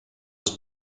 was